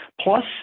Plus